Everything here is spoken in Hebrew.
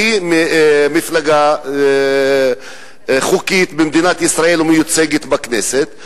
שהיא מפלגה חוקית במדינת ישראל ומיוצגת בכנסת.